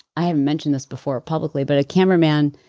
i haven't mentioned this before publicly, but a cameraman